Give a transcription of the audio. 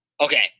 Okay